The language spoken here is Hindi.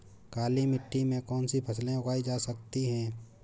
काली मिट्टी में कौनसी फसलें उगाई जा सकती हैं?